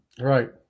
Right